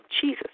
Jesus